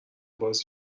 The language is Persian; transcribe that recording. باعث